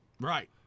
right